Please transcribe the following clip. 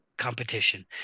competition